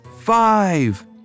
Five